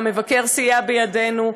והמבקר סייע בידנו,